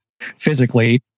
physically